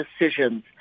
decisions